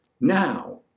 now